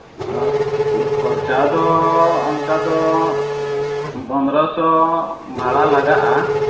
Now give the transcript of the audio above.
ᱟᱨ ᱠᱷᱚᱨᱪᱟ ᱫᱚ ᱚᱱᱠᱟ ᱫᱚ ᱯᱚᱫᱽᱨᱚ ᱥᱚ ᱵᱷᱟᱲᱟ ᱞᱟᱜᱟᱜᱼᱟ